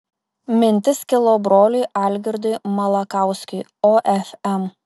mintis kilo broliui algirdui malakauskiui ofm